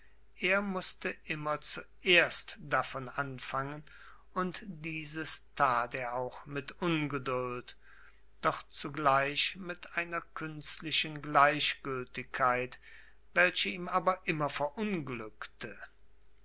er mußte immer zuerst davon anfangen und dieses tat er auch mit ungeduld doch zugleich mit einer künstlichen gleichgültigkeit welche ihm aber immer verunglückte